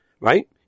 Right